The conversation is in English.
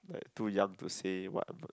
like too young to say what a v~